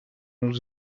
els